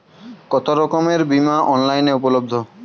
কতোরকমের বিমা অনলাইনে উপলব্ধ?